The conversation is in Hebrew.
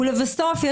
ולבסוף,